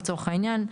לצורך העניין,